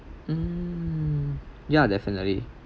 hmm yeah definitely